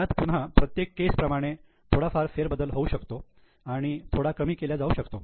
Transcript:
त्यात पुन्हा प्रत्येक केस प्रमाणे त्यात थोडाफार फेरबदल होऊ शकतो आणि थोडा कमी केल्या जाऊ शकतो